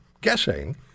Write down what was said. guessing